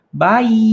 Bye